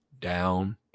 down